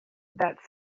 that